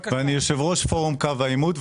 ואני יושב-ראש פורום קו העימות.